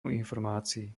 informácií